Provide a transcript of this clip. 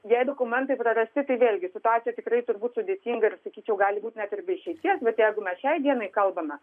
jei dokumentai prarasti tai vėlgi situacija tikrai turbūt sudėtinga ir sakyčiau gali būt net ir be išeities bet jeigu mes šiai dienai kalbame